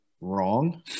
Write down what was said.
wrong